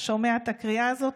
ששומע את הקריאה הזאת,